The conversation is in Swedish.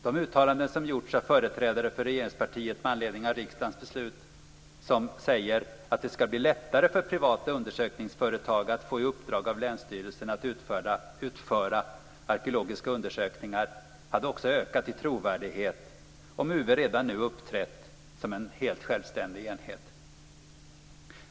De uttalanden som gjorts av företrädare för regeringspartiet med anledning av riksdagens beslut, som säger att det skall bli lättare för privata undersökningsföretag att få i uppdrag av länsstyrelserna att utföra arkeologiska undersökningar, hade också ökat i trovärdighet om UV redan nu uppträtt som en helt självständig enhet.